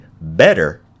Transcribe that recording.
better